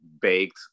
baked